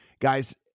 guys